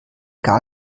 gar